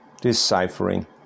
deciphering